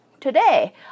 Today